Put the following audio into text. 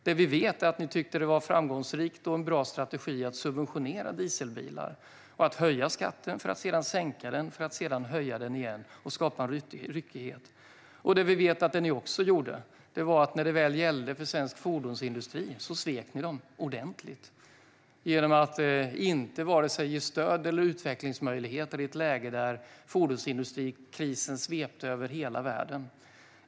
Det som vi vet är att ni tyckte att det var framgångsrikt och en bra strategi att subventionera dieselbilar och höja skatten för att sedan sänka den och för att sedan höja den igen och skapa en ryckighet. Vi vet att det som ni också gjorde var att när det väl gällde för svensk fordonsindustri svek ni dem ordentligt genom att inte ge vare sig stöd eller utvecklingsmöjligheter i ett läge där fordonsindustrikrisen svepte över hela världen.